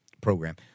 program